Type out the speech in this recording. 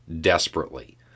Desperately